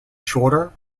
shorter